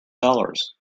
dollars